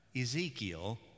Ezekiel